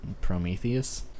Prometheus